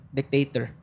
dictator